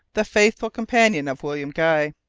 the faithful companion of william guy.